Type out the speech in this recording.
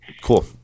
Cool